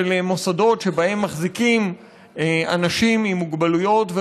מוסדות שבהם מחזיקים אנשים עם מוגבלויות,